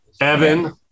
Evan